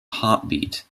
heartbeat